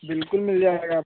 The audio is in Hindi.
बिल्कुल मिल जाएगा